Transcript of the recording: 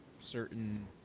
certain